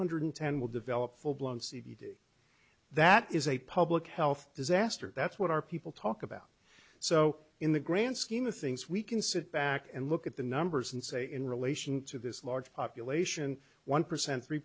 hundred ten will develop full blown c b d that is a public health disaster that's what our people talk about so in the grand scheme of things we can sit back and look at the numbers and say in relation to this large population one percent three